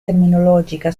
terminologica